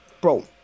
bro